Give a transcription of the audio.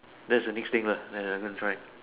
that's the next thing lah that I gonna try